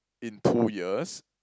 in two years